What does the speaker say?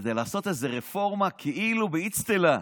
כדי לעשות איזו רפורמה כאילו, באצטלה.